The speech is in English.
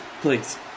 please